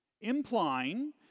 Implying